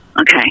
Okay